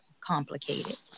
complicated